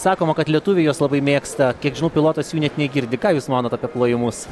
sakoma kad lietuviai juos labai mėgsta kiek žinau pilotas jų net negirdi ką jūs manot apie plojimus